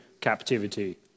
captivity